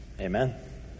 Amen